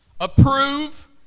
approve